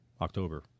October